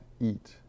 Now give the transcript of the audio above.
eat